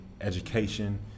education